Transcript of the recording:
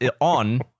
on